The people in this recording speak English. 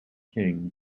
king